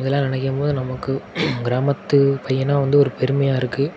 இதெல்லாம் நினைக்கும்போது நமக்கு கிராமத்து பையனாக வந்து ஒரு பெருமையாக இருக்குது